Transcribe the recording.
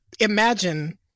imagine